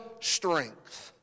strength